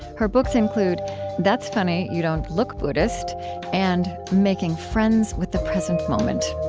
her books include that's funny, you don't look buddhist and making friends with the present moment